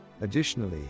additionally